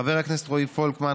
חבר הכנסת רועי פולקמן,